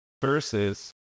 Versus